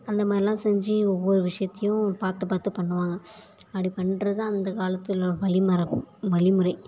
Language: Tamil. அந்த மாதிரிலாம் செஞ்சி ஒவ்வொரு விஷயத்தையும் பார்த்து பார்த்து பண்ணுவாங்க அப்படி பண்ணுறது அந்த காலத்தில் உள்ள வழிமரபு வழிமுறை